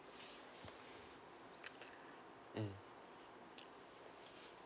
mm